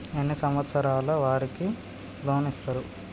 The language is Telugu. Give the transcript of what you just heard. ఎన్ని సంవత్సరాల వారికి లోన్ ఇస్తరు?